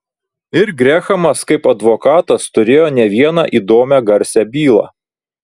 ir grehamas kaip advokatas turėjo ne vieną įdomią garsią bylą